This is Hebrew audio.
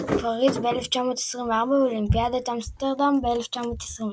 פריז ב-1924 ואולימפיאדת אמסטרדם ב-1928.